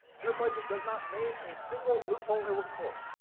their budget does not name a single loophole it would close.